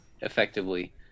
effectively